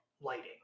lighting